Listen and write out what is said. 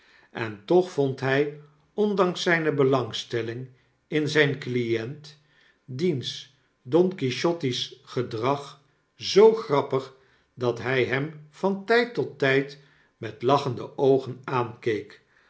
en toch vond hy ondanks zyne belangstelling in zyn client diens don quixotisch gedrag zoo grappig dat hy hem van tyd tot tyd met lachende oogen aankeek